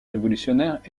révolutionnaire